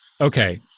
Okay